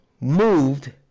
moved